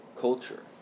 culture